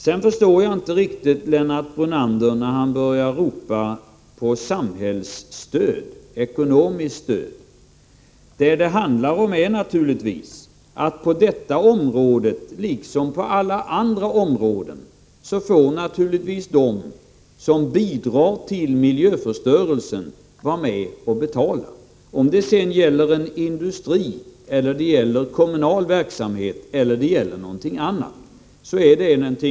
Jag förstår inte Lennart Brunander när han börjar ropa på ekonomiskt stöd från samhällets sida. Vad det handlar om på detta område liksom på alla andra områden är att de som bidrar till miljöförstörelsen naturligtvis skall vara med och betala. Det må sedan gälla en industri, en kommunal verksamhet eller något annat.